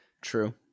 True